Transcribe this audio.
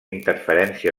interferència